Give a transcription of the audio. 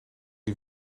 die